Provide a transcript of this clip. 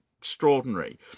extraordinary